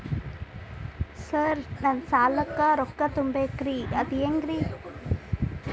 Sir ನನ್ನ ಸಾಲಕ್ಕ ರೊಕ್ಕ ತುಂಬೇಕ್ರಿ ಅದು ಹೆಂಗ್ರಿ?